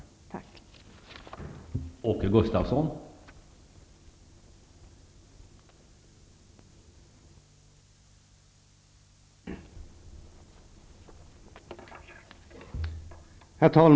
Tack.